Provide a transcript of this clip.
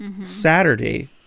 Saturday